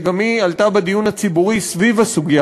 שגם היא עלתה בדיון הציבורי סביב הסוגיה